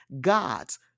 God's